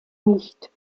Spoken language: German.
nicht